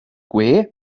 gwe